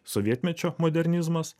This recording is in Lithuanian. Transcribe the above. sovietmečio modernizmas